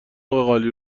قالی